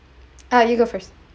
uh you go first